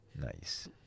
Nice